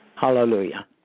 Hallelujah